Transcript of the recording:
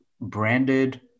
branded